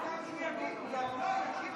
סוכם שהוא ישיב על ארבעתן.